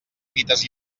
mites